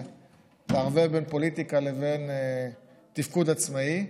זה לערבב בין פוליטיקה לבין תפקוד עצמאי,